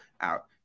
out